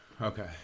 Okay